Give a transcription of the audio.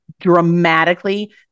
dramatically